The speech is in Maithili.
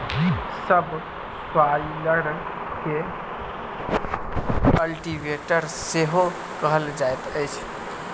सब स्वाइलर के कल्टीवेटर सेहो कहल जाइत अछि